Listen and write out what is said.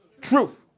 Truth